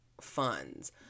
funds